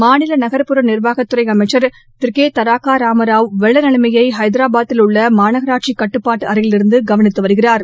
மாநில நகர்புற நிர்வாகத்துறை அமைச்சர் திரு கே தர்க்க ராமராவ் வெள்ள நிலைமையை ஹைதராபாத்தில் உள்ள மாநனாட்சி கட்டுப்பாட்டு அறையிலிருந்து கவனித்து வருகிறாா்